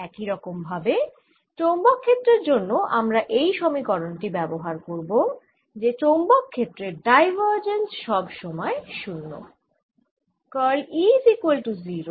একই রকম ভাবে চৌম্বক ক্ষেত্রের জন্য আমরা এই সমীকরণ টি ব্যবহার করব যে চৌম্বক ক্ষেত্রের ডাইভার্জেন্স সব সময় 0